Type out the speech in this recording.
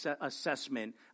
assessment